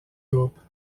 groupe